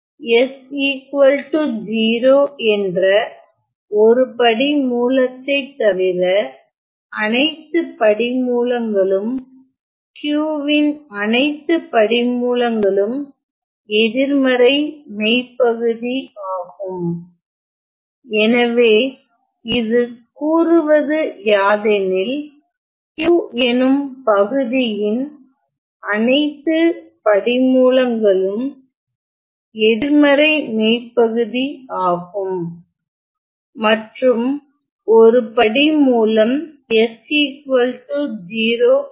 S 0 என்ற ஒரு படி மூலத்தை தவிர அனைத்து படிமூலங்களும் Q வின் அனைத்து படிமூலங்களும் எதிர்மறை மெய்பகுதி ஆகும் எனவே இது கூறுவது யாதெனில் Q எனும் பகுதியின் அனைத்து படிமூலங்களும் எதிர்மறை மெய் பகுதி ஆகும் மற்றும் ஒரு படி மூலம் s 0 ஆகும்